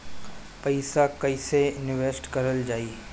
पैसा कईसे इनवेस्ट करल जाई?